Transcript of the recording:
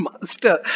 master